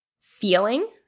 feeling